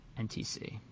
NTC